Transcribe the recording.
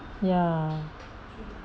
ya